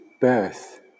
birth